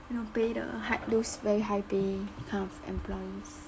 you know pay the hi~ those very high pay kind of employees